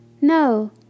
No